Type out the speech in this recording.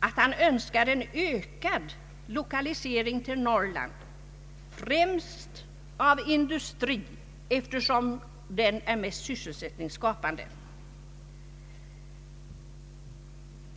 att han önskar en ökad lokalisering till Norrland, främst av industri, eftersom den är mest sysselsättningsskapande.